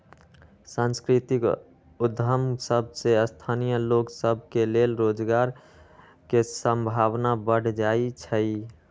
सांस्कृतिक उद्यम सभ में स्थानीय लोग सभ के लेल रोजगार के संभावना बढ़ जाइ छइ